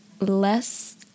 less